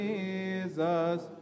Jesus